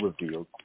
revealed